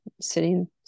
sitting